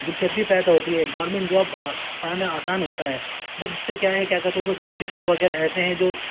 دلچسپی پیدا ہوتی ہے گورنمنٹ جاب پانا آسان ہوتا ہے بس اس سے کیا ہے کیا کہتے ہیں کچھ انسٹیٹیوٹ وغیرہ ایسے ہیں جو